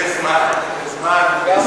לכי על זה, קחי את הזמן שלך.